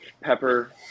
pepper